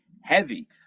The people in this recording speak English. heavy